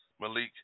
Malik